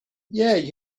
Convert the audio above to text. yeah